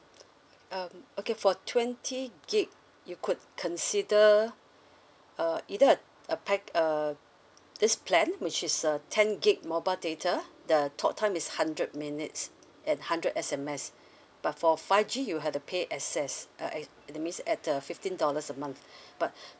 um okay for twenty gig you could consider uh either a a pack uh this plan which is uh ten gig mobile data the talk time is hundred minutes and hundred S_M_S but for five G you have to pay access uh eh that means at uh fifteen dollars a month but